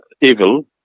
evil